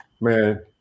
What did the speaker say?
man